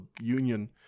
union